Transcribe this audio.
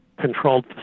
controlled